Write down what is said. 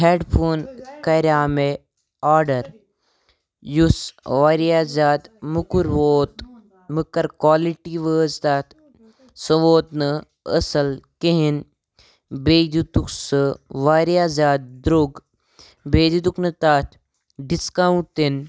head phone کریٛاو مےٚ order یُس واریاہ زیادٕ موٚکُر ووت مٔکٕر کالٹی وٲژ تَتھ سُہ ووت نہٕ أصٕل کِہیٖنۍ بیٚیہِ دیُتُکھ سُہ واریاہ زیادٕ درٛوٚگ بیٚیہِ دیُتُکھ نہٕ تَتھ ڈِسکاوُنٛٹ تہِ نہٕ